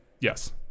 Yes